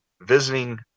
visiting